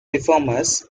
reformers